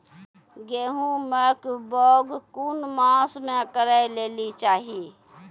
गेहूँमक बौग कून मांस मअ करै लेली चाही?